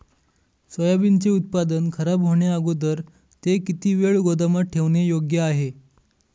सोयाबीनचे उत्पादन खराब होण्याअगोदर ते किती वेळ गोदामात ठेवणे योग्य आहे?